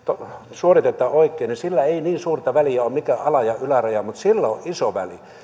suoritetaan oikein sillä ei niin suurta väliä ole mikä on ala ja yläraja mutta sillä on iso väli